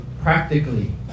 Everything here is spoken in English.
practically